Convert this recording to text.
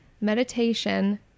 Meditation